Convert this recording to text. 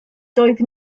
doedd